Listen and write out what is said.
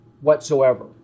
whatsoever